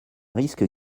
risque